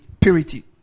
purity